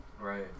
Right